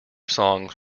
songs